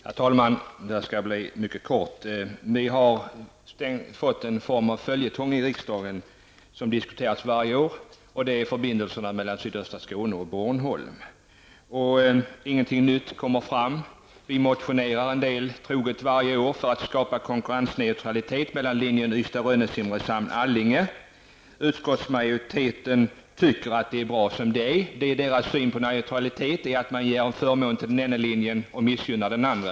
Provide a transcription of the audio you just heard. Herr talman! Jag skall vara mycket kortfattad. Vi har fått en form av följetong i riksdagen som diskuteras varje år, och det är förbindelserna mellan sydvästra Skåne och Bornholm. Inget nytt har kommit fram. Vi motionerar troget varje år för att skapa konkurrensneutralitet mellan linjerna Utskottsmajoriteten tycker att det är bra som det är. Utskottsmajoritetens syn på neutralitet är att neutralitet är att ge en förmån till den ena linjen och missgynna den andra.